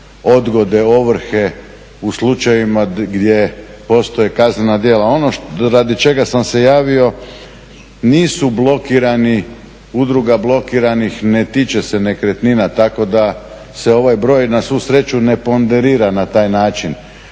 odgode ovrhe u slučajevima gdje postoje kaznena djela. Ono radi čega sam se javio, nisu blokirani, udruga blokiranih ne tiče se nekretnina tako da se ovaj broj na svu sreću ne ponderira na taj način.